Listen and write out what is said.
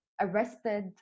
arrested